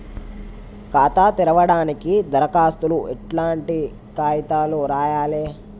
ఖాతా తెరవడానికి దరఖాస్తుకు ఎట్లాంటి కాయితాలు రాయాలే?